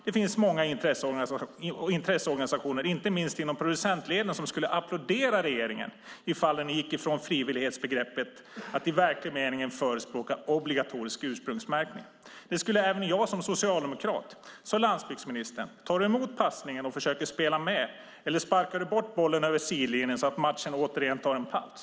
Det finns många intresseorganisationer, inte minst inom producentleden, som skulle applådera regeringen om den gick från frivillighetsbegreppet till att i verklig mening förespråka obligatorisk ursprungsmärkning. Det skulle även jag som socialdemokrat göra. Landsbygdsministern! Tar du emot passningen och försöker spela med eller sparkar du bort bollen över sidlinjen så att matchen återigen tar en paus?